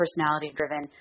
personality-driven